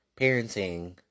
parenting